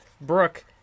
Brooke